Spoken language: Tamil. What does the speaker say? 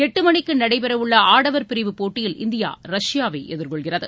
எட்டு மணிக்கு நடைபெறவுள்ள ஆடவர் பிரிவு போட்டியில் இந்தியா ரஷ்யாவை எதிர்கொள்கிறது